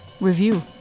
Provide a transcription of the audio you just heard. review